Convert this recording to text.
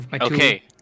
Okay